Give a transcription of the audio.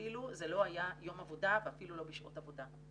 אפילו זה לא היה יום עבודה ואפילו לא בשעות עבודה,